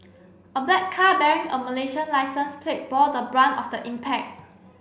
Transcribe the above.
a black car bearing a Malaysian licence plate bore the brunt of the impact